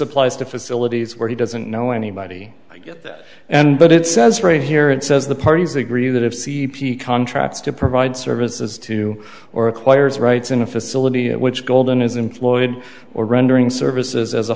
applies to facilities where he doesn't know anybody i get that and what it says right here it says the parties agree that if c b p contracts to provide services to or acquirers rights in a facility which golden is employed or rendering services as a